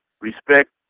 Respect